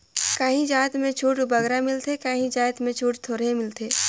काहीं जाएत में छूट बगरा मिलथे काहीं जाएत में छूट थोरहें मिलथे